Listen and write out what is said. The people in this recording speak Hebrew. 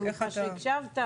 אני מניחה שהקשבת,